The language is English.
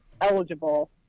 eligible